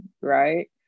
right